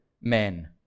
men